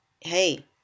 hey